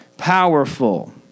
powerful